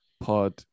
Pod